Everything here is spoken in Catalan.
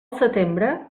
setembre